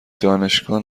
دانشگاه